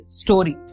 story